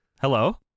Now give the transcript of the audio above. Hello